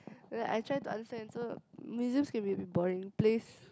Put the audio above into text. but then I try to understand also museums can be a bit boring place